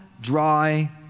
dry